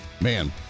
man